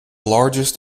largest